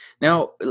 Now